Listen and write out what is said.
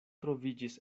troviĝis